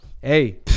Hey